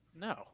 No